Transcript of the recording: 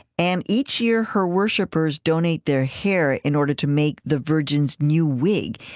and each year, her worshippers donate their hair in order to make the virgin's new wig.